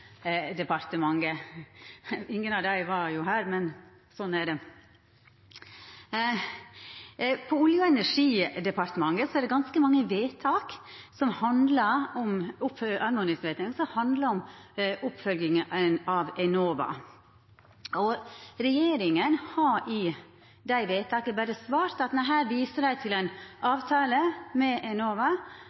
Ingen av dei var jo her, men sånn er det. Når det gjeld Olje- og energidepartementet, er det ganske mange oppmodingsvedtak som handlar om oppfølginga av Enova. Regjeringa har i dei vedtaka berre svart at dei her viser til ein avtale med Enova